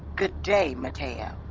good day, mateo